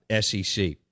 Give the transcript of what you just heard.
sec